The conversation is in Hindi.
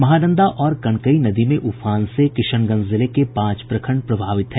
महनंदा और कनकई नदी में उफान से किशनगंज जिले के पांच प्रखंड प्रभावित हैं